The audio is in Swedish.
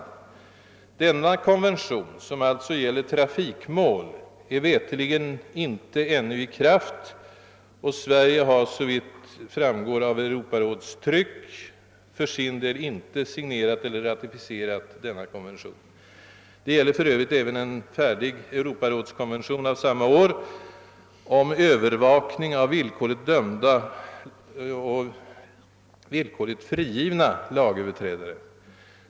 Denna konvention, som alltså gäller trafikmål, är veterligen inte ännu i kraft, och Sverige har såvitt framgår av Europarådstryck för sin del inte signerat eller ratificerat denna konvention. Det gäller för Övrigt även en färdig Europarådskonvention av samma år — alltså 1964 — om övervakning av villkorligt dömda och villkorligt frigivna lagöverträdare.